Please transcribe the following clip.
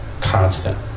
Constant